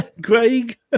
Greg